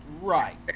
Right